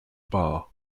bar